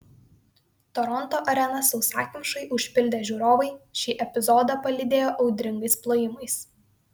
toronto areną sausakimšai užpildę žiūrovai šį epizodą palydėjo audringais plojimais